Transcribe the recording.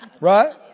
Right